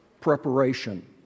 preparation